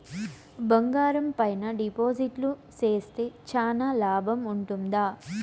బంగారం పైన డిపాజిట్లు సేస్తే చానా లాభం ఉంటుందా?